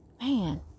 man